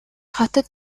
хотод